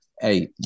hey